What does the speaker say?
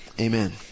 Amen